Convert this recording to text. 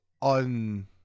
on